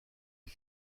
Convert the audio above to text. est